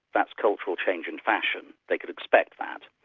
that's cultural change and fashion. they could expect that.